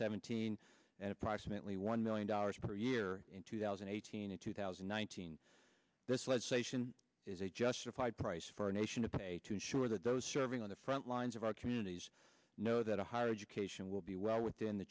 seventeen and approximately one million dollars per year in two thousand and eighteen and two thousand one hundred this legislation is a justified price for a nation to pay to ensure that those serving on the front lines of our communities know that a higher education will be well within the